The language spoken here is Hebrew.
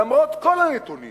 למרות כל הנתונים